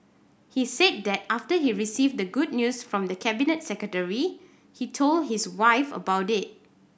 he said that after he received the good news from the Cabinet Secretary he told his wife about it